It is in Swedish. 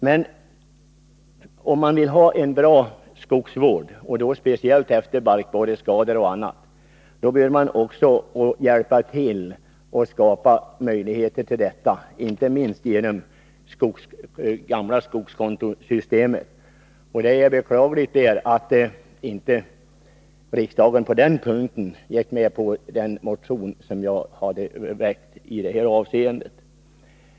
Men om man nu har en bra skogsvård, och då speciellt efter barkborreskador och annat, måste man hjälpa till att skapa möjligheter för att upprätthålla en sådan skogsvård, inte minst genom det gamla skogskontosystemet. Det är beklagligt att riksdagen inte bifallit den motion som jag väckt i det här avseendet.